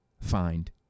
find